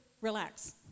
relax